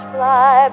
Fly